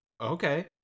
Okay